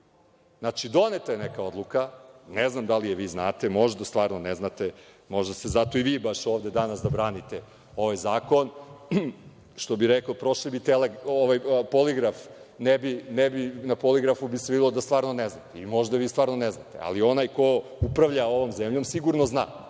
doneta je neka odluka, ne znam da li je vi znate, možda stvarno ne znate, možda ste zato i vi baš ovde danas da branite ovaj zakon, što bi rekli – prošli bi poligraf, na njemu bi se videlo da stvarno ne znate i možda vi stvarno i ne znate, ali onaj ko upravlja ovom zemljom sigurno zna. Kad